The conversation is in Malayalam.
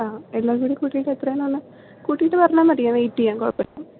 ആ എല്ലാം കൂടി കൂട്ടിയിട്ട് എത്രയാണെന്നാണ് പറഞ്ഞത് കൂട്ടിയിട്ട് പറഞ്ഞാൽ മതി ഞാൻ വെയിറ്റ് ചെയ്യാം കുഴപ്പമില്ല